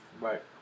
Right